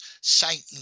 Satan